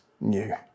new